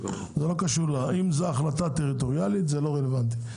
אם זו החלטה טריטוריאלית, זה לא רלוונטי.